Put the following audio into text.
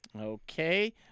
Okay